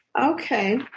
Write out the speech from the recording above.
Okay